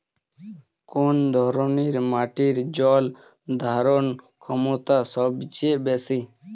কোন ধরণের মাটির জল ধারণ ক্ষমতা সবচেয়ে বেশি?